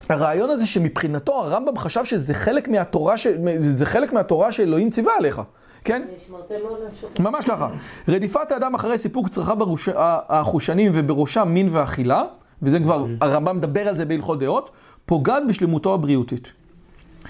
הרעיון הזה שמבחינתו הרמב״ם חשב שזה חלק מהתורה שאלוהים ציווה עליך, כן? ונשמרתם מאוד לנפשותיכם, ממש ככה, רדיפת האדם אחרי סיפוק צרכיו החושניים ובראשם מין ואכילה, וזה כבר הרמב״ם מדבר על זה בהלכות דעות, פוגעת בשלמותו הבריאותית.